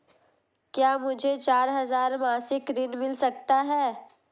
क्या मुझे चार हजार मासिक ऋण मिल सकता है?